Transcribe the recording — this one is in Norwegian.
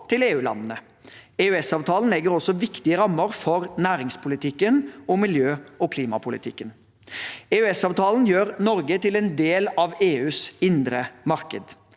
til EU-landene. EØS-avtalen legger også viktige rammer for næringspolitikken og miljø- og klimapolitikken. EØS-avtalen gjør Norge til en del av EUs indre marked.